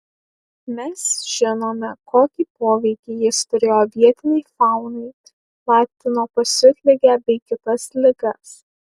mes žinome kokį poveikį jis turėjo vietinei faunai platino pasiutligę bei kitas ligas